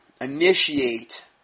initiate